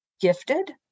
gifted